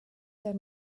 der